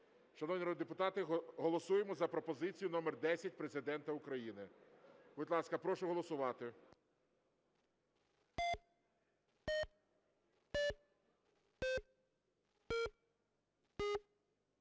народні депутати, голосуємо за пропозицію номер 10 Президента України. Будь ласка, прошу голосувати.